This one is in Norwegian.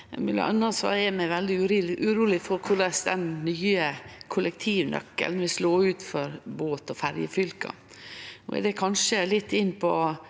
Mellom anna er vi veldig urolege for korleis den nye kollektivnøkkelen vil slå ut for båt- og ferjefylka. Det er kanskje litt inne på